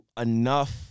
enough